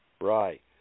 Right